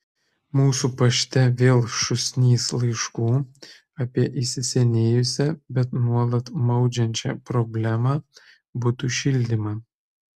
mūsų pašte vėl šūsnys laiškų apie įsisenėjusią bet nuolat maudžiančią problemą butų šildymą